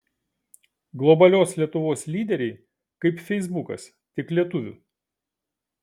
globalios lietuvos lyderiai kaip feisbukas tik lietuvių